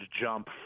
jump